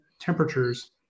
temperatures